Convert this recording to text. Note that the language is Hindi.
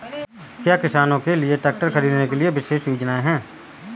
क्या किसानों के लिए ट्रैक्टर खरीदने के लिए विशेष योजनाएं हैं?